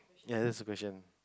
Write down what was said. ya that's the question